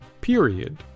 period